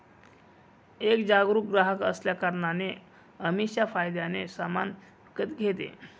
एक जागरूक ग्राहक असल्या कारणाने अमीषा फायद्याने सामान विकत घेते